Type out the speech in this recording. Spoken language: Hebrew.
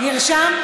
נרשם?